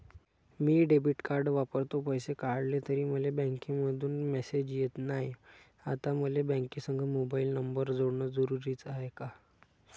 मी debit card वापरतो, पैसे काढले तरी मले बँकेमंधून मेसेज येत नाय, आता मले बँकेसंग मोबाईल नंबर जोडन जरुरीच हाय का?